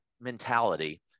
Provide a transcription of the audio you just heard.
mentality